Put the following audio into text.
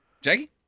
Jackie